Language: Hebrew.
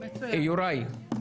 יוראי,